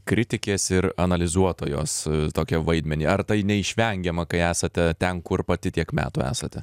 kritikės ir analizuotojos tokį vaidmenį ar tai neišvengiama kai esate ten kur pati tiek metų esate